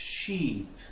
sheep